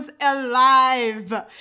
alive